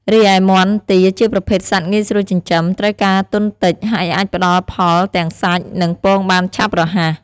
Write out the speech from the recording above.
រីឯមាន់ ទា ជាប្រភេទសត្វងាយស្រួលចិញ្ចឹម ត្រូវការទុនតិច ហើយអាចផ្តល់ផលទាំងសាច់ និងពងបានឆាប់រហ័ស។